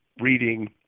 reading